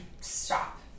stop